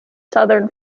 southern